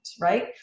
Right